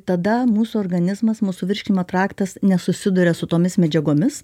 tada mūsų organizmas mūsų virškinimo traktas nesusiduria su tomis medžiagomis